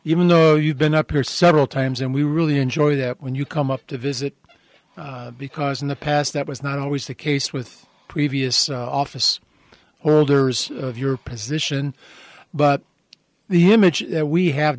even though you've been up here several times and we really enjoy that when you come up to visit because in the past that was not always the case with previous office orders of your position but the image we have